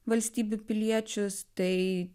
valstybių piliečius tai